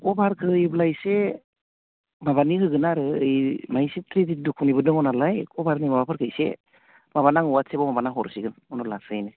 कभारखौ होयोब्ला एसे माबानि होगोन आरो ओइ माने एसे ट्रेजेदि दुखुनिबो दङ नालाय काभारनि माबाफोरखौ इसे माबानांगौ वाट्सेपआव माबाना हरसिगोन उनाव लासैनो